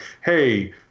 hey